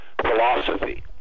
philosophy